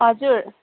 हजुर